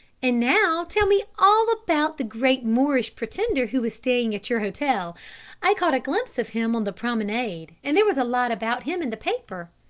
and now tell me all about the great moorish pretender who is staying at your hotel i caught a glimpse of him on the promenade and there was a lot about him in the paper.